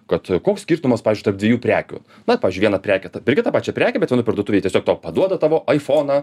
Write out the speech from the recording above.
kad koks skirtumas pavyzdžiui tarp dviejų prekių vat pavyzdžiui vieną prekę perki tą pačią prekę bet vienoj parduotuvėj tiesiog tau paduoda tavo aifoną